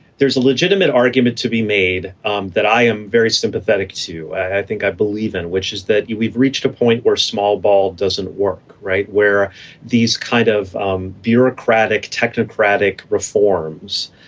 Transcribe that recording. there's a legitimate argument to be made um that i am very sympathetic to, i think i believe in, which is that we've reached a point where small ball doesn't work right. where these kind of um bureaucratic technocratic reforms,